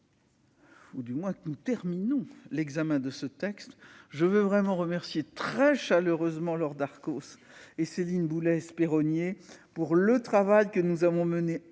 Alors que nous terminons l'examen de ce texte, je remercie très chaleureusement Laure Darcos et Céline Boulay-Espéronnier pour le travail que nous avons mené